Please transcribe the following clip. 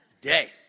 day